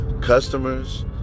Customers